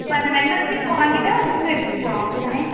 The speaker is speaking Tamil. இப்போ அந்த மெம்பர்ஷிப்பு வாங்கிட்டால் புக்கு எடுத்துகிட்டு போகலாம் அப்படிதானே